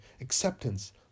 acceptance